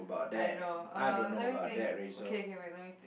I know uh let me think okay wait let me think